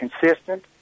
consistent